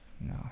no